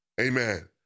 Amen